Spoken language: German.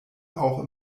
auch